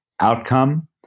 outcome